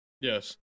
Yes